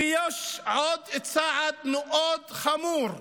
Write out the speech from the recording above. ויש עוד צעד מאוד חמור: